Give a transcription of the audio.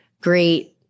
great